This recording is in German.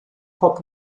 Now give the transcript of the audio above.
hop